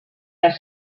les